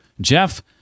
Jeff